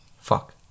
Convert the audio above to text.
Fuck